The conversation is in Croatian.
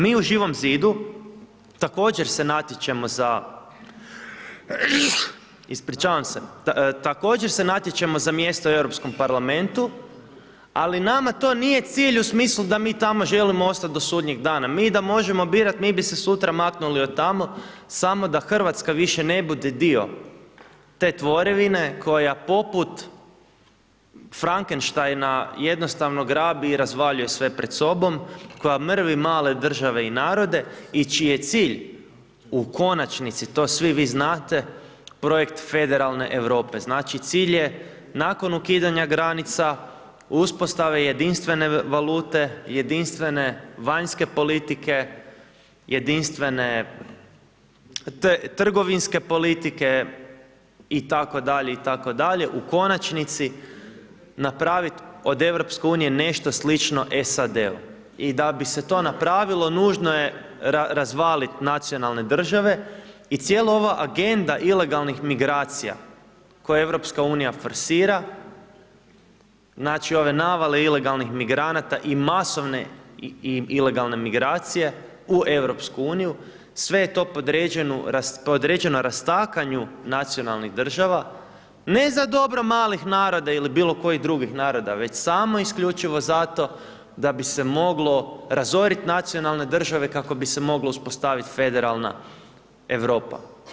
Mi u Živom Zidu također se natječemo za mjesto u Europskom parlamentu, ali nama to nije cilj u smislu da mi tamo želimo ostat do sudnjeg dana, mi da možemo birat, mi bi se sutra maknuli od tamo, samo da RH više ne bude dio te tvorevine koja poput Frankenštajna jednostavno grabi i razvaljuje sve pred sobom, koja mrvi male države i narode i čiji je cilj u konačnici, to svi vi znate, projekt Federalne Europe, znači, cilj je nakon ukidanja granica, uspostave jedinstvene valute, jedinstvene vanjske politike, jedinstvene trgovinske politike itd. itd., u konačnici napravit od EU nešto slično SAD i da bi se to napravilo, nužno je razvalit nacionalne države i cijela ova agenda ilegalnih migracija koju EU forsira, znači, ove navale ilegalnih migranata i masovne ilegalne migracije u EU, sve je to podređeno rastakanju nacionalnih država, ne za dobro malih naroda ili bilo kojih drugih naroda, već samo isključivo zato da bi se moglo razorit nacionalne države, kako bi se moglo uspostavit Federalna Europa.